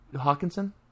Hawkinson